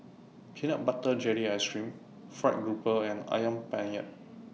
Peanut Butter Jelly Ice Cream Fried Grouper and Ayam Penyet